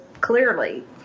clearly